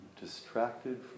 distracted